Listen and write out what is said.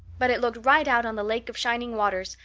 but it looked right out on the lake of shining waters,